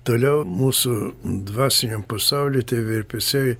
toliau mūsų dvasiniam pasauly tie virpesiai